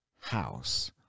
house